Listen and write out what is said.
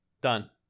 Done